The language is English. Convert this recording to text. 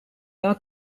are